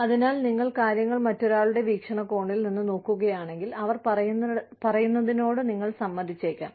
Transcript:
അതിനാൽ നിങ്ങൾ കാര്യങ്ങൾ മറ്റൊരാളുടെ വീക്ഷണകോണിൽ നിന്ന് നോക്കുകയാണെങ്കിൽ അവർ പറയുന്നതിനോട് നിങ്ങൾ സമ്മതിച്ചേക്കാം